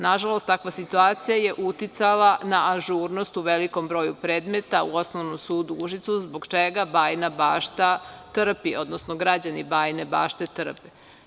Nažalost, takva situacija je uticala na ažurnost u velikom broju predmeta u Osnovnom sudu u Užicu zbog čega Bajina Bašta trpi, odnosno građani Bajine Bašte trpe.